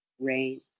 rain